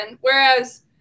whereas